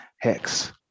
hex